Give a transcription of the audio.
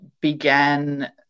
began